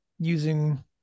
using